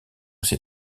ses